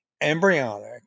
embryonic